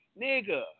Nigga